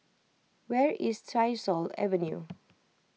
where is Tyersall Avenue